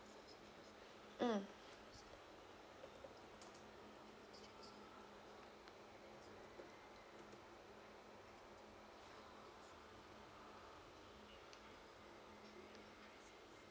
mm